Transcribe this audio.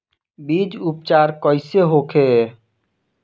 बीज उपचार कइसे होखे?